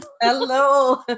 Hello